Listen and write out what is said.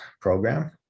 program